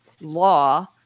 law